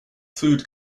food